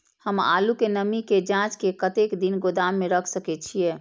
हम आलू के नमी के जाँच के कतेक दिन गोदाम में रख सके छीए?